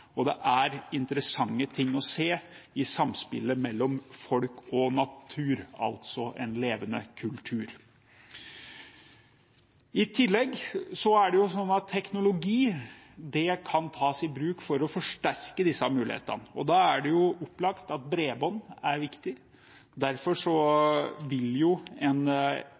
og at det er interessante ting å se i samspillet mellom folk og natur – altså en levende kultur. I tillegg kan teknologi tas i bruk for å forsterke disse mulighetene. Da er det opplagt at bredbånd er viktig. Derfor vil en